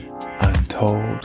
untold